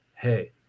hey